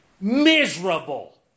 miserable